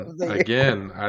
Again